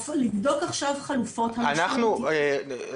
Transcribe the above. לבדוק עכשיו חלופות --- רקפת,